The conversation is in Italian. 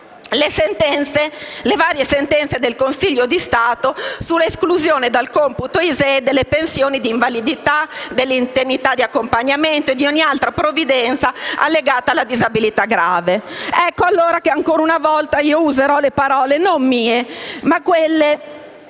le varie sentenze del Consiglio di Stato sull'esclusione dal computo ISEE delle pensioni di invalidità, dell'indennità di accompagnamento e di ogni altra previdenza legata alla disabilità grave. Ancora una volta userò parole non mie, ma della